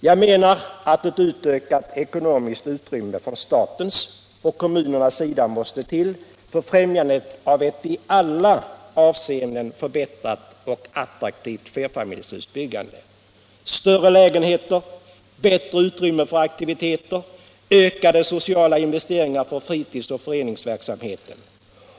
Jag menar att ett utökat ekonomiskt stöd från statens och kommunernas sida måste till för främjandet av ett i alla avseenden förbättrat och attraktivt flerfamiljshusbyggande: större lägenheter, bättre utrymmen för aktiviteter, ökade sociala investeringar för fritidsoch föreningsverksamheten.